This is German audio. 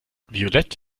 violett